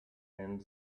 and